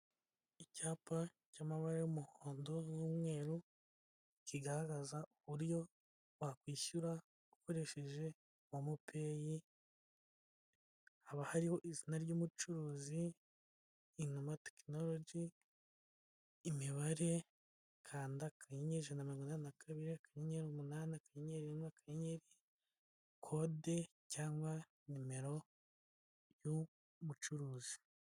Icyapa cy'amabara y'umuhondo n'umweru kigaragaza uburyo wakwishyura ukoresheje wa mopey haba hariho izina ry'umucuruzi in nkamatechnolog imibare kandayejana maganagana na kabiri kannyeri numuani kriyeri w mwaka innyeri kode cyangwa nimero y'ubucuruzi.